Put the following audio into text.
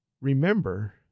remember